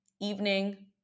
evening